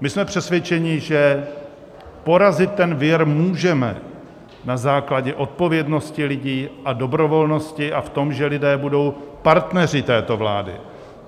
My jsme přesvědčeni, že porazit ten vir můžeme na základě odpovědnosti lidí a dobrovolnosti a v tom, že lidé budou partneři této vlády,